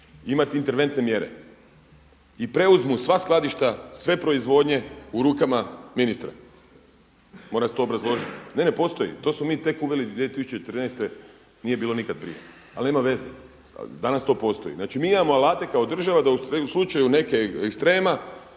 imati interventne mjere i preuzmu sva skladišta, sve proizvodnje u rukama ministra. Mora se to obrazložiti. Ne, ne postoji. To smo mi tek uveli 2014. nije bilo nikad prije. Ali nema veze, danas to postoji. Znači mi imamo alate kao država da u slučaju nekih ekstrema